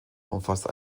umfasst